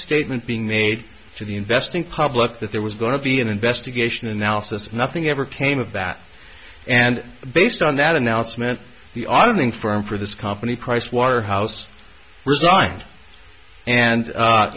statement being made to the investing public that there was going to be an investigation analysis nothing ever came of that and based on that announcement the auditing firm for this company pricewaterhouse resigned and